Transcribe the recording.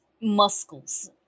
Muscles